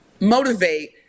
motivate